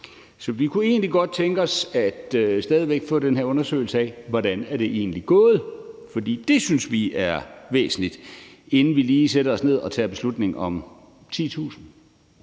Så vi kunne egentlig godt tænke os stadig væk at få den her undersøgelse af, hvordan det egentlig er gået, for det synes vi er væsentligt, inden vi lige sætter os ned og tager beslutning om 10.000